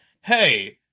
hey